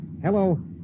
Hello